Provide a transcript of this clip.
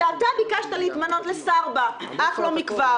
שאתה ביקשת להתמנות לשר בה אך לא מכבר.